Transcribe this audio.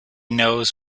knows